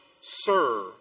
sir